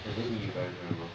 I going eat with parents remember